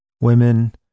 Women